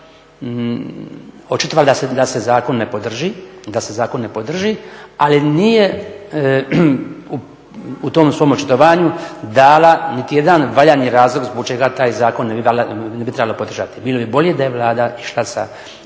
očitovala da se zakon ne podrži, ali nije u tom svom očitovanju dala niti jedan valjani razlog zbog čega taj zakon ne bi trebalo podržati. Bilo bi bolje da je Vlada išla sa